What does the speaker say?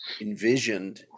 envisioned